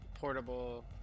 portable